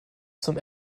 zum